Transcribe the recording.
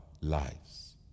lives